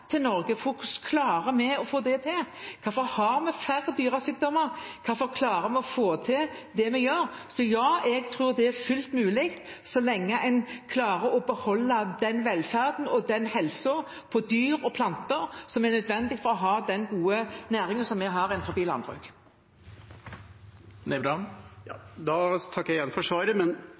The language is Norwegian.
til Norge og hvordan vi klarer å få det til. Hvorfor har vi færre dyresykdommer? Hvorfor klarer vi å få til det vi gjør? Så ja, jeg tror det er fullt mulig så lenge en klarer å beholde den velferden og den helsen på dyr og planter som er nødvendig for å ha den gode næringen som vi har innenfor landbruk. Jeg takker igjen for svaret.